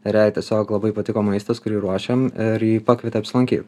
ir jai tiesiog labai patiko maistas kurį ruošiam ir ji pakvietė apsilankyt